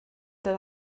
that